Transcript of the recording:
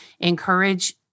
encourage